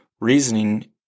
Reasoning